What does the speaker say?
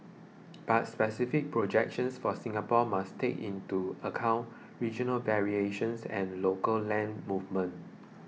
but specific projections for Singapore must take into account regional variations and local land movements